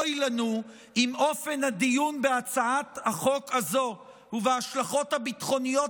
אוי לנו אם אופן הדיון בהצעת החוק הזו ובהשלכות הביטחוניות